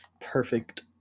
perfect